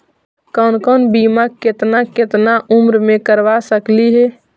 कौन कौन बिमा केतना केतना उम्र मे करबा सकली हे?